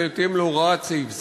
בהתאם להוראת סעיף זה,